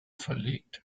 verlegt